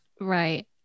Right